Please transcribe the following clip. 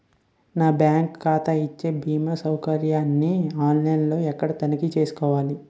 నా బ్యాంకు ఖాతా ఇచ్చే భీమా సౌకర్యాన్ని ఆన్ లైన్ లో ఎక్కడ తనిఖీ చేసుకోవాలి?